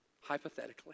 Hypothetically